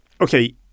okay